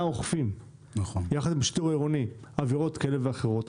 אוכפים יחד עם השיטור העירוני עבירות כאלה ואחרות,